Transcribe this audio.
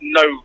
no